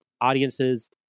Audiences